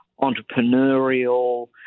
entrepreneurial